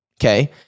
okay